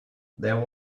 there